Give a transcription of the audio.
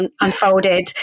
unfolded